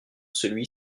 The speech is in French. celui